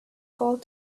called